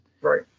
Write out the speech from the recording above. Right